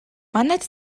манайд